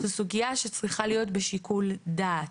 זו סוגיה שצריכה להיות ממש בשיקול דעת.